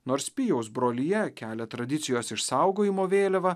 nors pijaus brolija kelia tradicijos išsaugojimo vėliavą